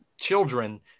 children